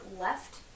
left